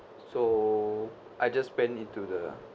so I just went into the